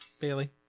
Bailey